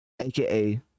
aka